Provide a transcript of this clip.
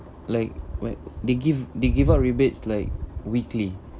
like when they give they give out rebates like weekly